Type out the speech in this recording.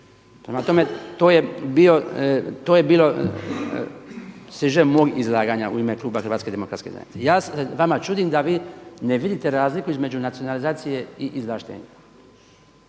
Prema tome, to je bilo siže mog izlaganja u ime klub HDZ-a. Ja se vama čudim da vi ne vidite razliku između nacionalizacije i izvlaštenja.